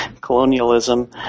colonialism